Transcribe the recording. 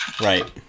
Right